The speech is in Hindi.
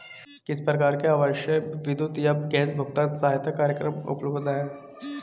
किस प्रकार के आवासीय विद्युत या गैस भुगतान सहायता कार्यक्रम उपलब्ध हैं?